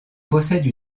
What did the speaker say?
possède